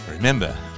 Remember